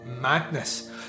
madness